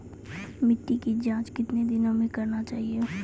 मिट्टी की जाँच कितने दिनों मे करना चाहिए?